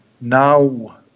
now